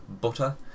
butter